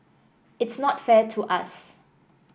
it's not fair to us